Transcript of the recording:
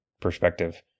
perspective